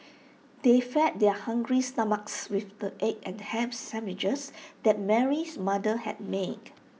they fed their hungry stomachs with the egg and Ham Sandwiches that Mary's mother had made